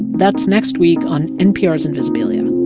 that's next week on npr's invisibilia.